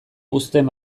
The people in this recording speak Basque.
uzten